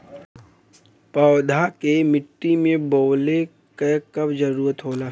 पौधा के मिट्टी में बोवले क कब जरूरत होला